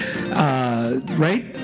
right